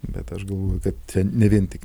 bet aš galvoju kad ne vien tik